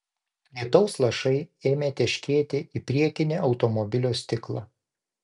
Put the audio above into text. lietaus lašai ėmė teškėti į priekinį automobilio stiklą